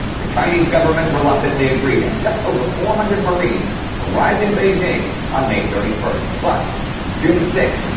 the chinese government reluctantly agreed, and just over four hundred marines arrived in beijing on may thirty first, but on june sixth,